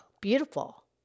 beautiful